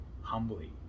humbly